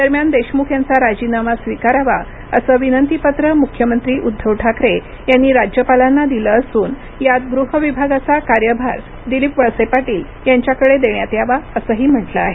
दरम्यान देशमुख यांचा राजीनामा स्वीकारावा असं विनंती पत्र मुख्यमंत्री उद्धव ठाकरे यांनी राज्यपालांना दिलं असून यात गृह विभागाचा कार्यभार दिलीप वळसे पाटील यांच्याकडे देण्यात यावा असंही म्हटलं आहे